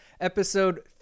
episode